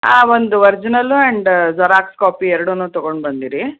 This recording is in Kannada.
ಒಂದು ಒರಿಜಿನಲ್ಲು ಆ್ಯಂಡ ಜೆರಾಕ್ಸ್ ಕಾಪಿ ಎರಡೂ ತೊಗೊಂಡು ಬಂದಿರಿ